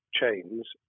chains